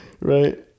right